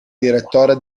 direttore